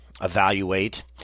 evaluate